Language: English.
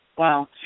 Wow